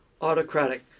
autocratic